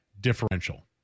differential